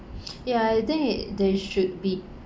ya I think it they should be